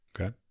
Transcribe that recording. Okay